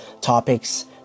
topics